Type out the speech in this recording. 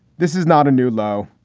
this is not a new low.